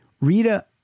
Rita